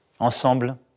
Ensemble